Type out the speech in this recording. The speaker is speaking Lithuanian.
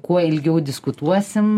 kuo ilgiau diskutuosim